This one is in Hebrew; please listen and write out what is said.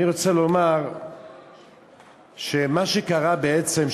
אני רוצה לומר שמה שקרה בעצם,